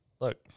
Look